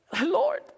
Lord